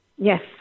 Yes